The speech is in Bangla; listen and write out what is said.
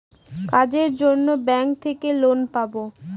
কাজের জন্য ব্যাঙ্ক থেকে লোন পাবো